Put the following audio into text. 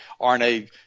RNA